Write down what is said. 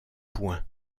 points